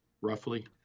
roughly